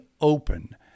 open